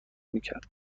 میکرد